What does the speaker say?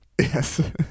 Yes